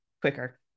quicker